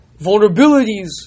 vulnerabilities